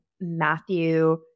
Matthew